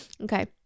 Okay